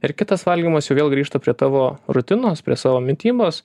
ir kitas valgymas jau vėl grįžta prie tavo rutinos prie savo mitybos